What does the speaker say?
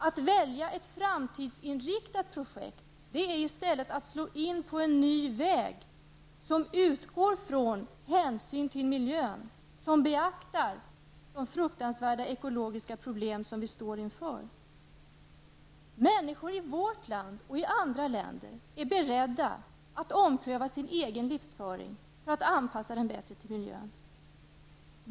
Att välja ett framtidsinriktat projekt det är i stället att slå in på en ny väg som utgår från hänsyn till miljön, och som beaktar de fruktansvärda ekologiska problem som vi står inför. Människor i vårt land och i andra länder är beredda att ompröva sin egen livsföring för att anpassa den bättre till miljön.